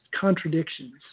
contradictions